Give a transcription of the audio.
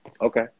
okay